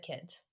kids